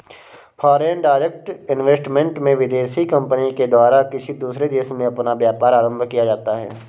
foreign direct investment में विदेशी company के द्वारा किसी दूसरे देश में अपना व्यापार आरंभ किया जाता है